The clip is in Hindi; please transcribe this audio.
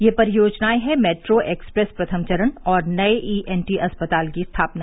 ये परियोजनाएं है मेट्रो एक्सप्रेस प्रथम चरण और नये ईएनटी अस्पताल की स्थापना